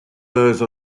those